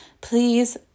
please